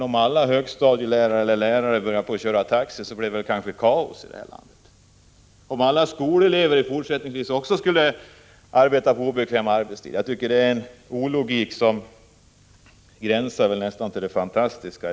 Om alla högstadielärare och andra lärare började köra taxi, blev det kanske kaosi det här landet. Och hur skulle det bli om alla skolelever fortsättningsvis skulle arbeta på obekväm arbetstid? Jag tycker att det är en brist på logik i detta sammanhang som gränsar till det fantastiska.